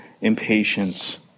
impatience